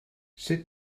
sut